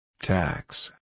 Tax